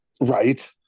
Right